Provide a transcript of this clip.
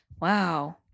Wow